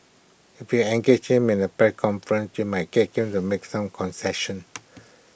if you engage him in A press conference you might get him to make some concessions